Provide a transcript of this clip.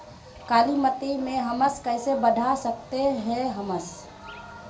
कालीमती में हमस कैसे बढ़ा सकते हैं हमस?